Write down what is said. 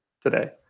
today